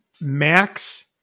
Max